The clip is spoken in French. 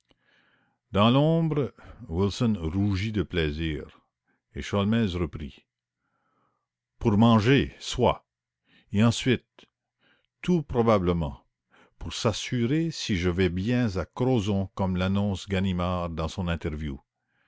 dans l'ombre wilson rougit de plaisir et sholmès reprit pour manger soit et ensuite tout problablement pour s'assurer si je vais bien à crozon comme l'annonce ganimard